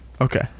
Okay